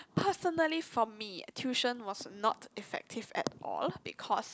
personally for me tuition was not effective at all because